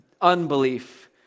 unbelief